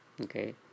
okay